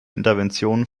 interventionen